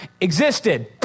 existed